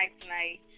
tonight